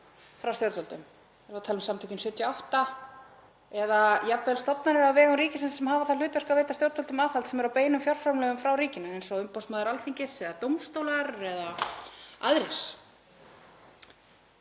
frá stjórnvöldum. Þá erum við að tala um Samtökin '78 eða jafnvel stofnanir á vegum ríkisins sem hafa það hlutverk að veita stjórnvöldum aðhald sem eru á beinum fjárframlögum frá ríkinu eins og umboðsmaður Alþingis eða dómstólar eða aðrir.